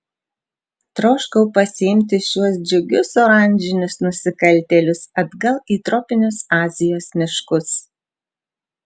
troškau pasiimti šiuos džiugius oranžinius nusikaltėlius atgal į tropinius azijos miškus